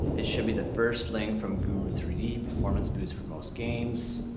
it should be the first link from guru three d performance boost for most games.